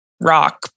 rock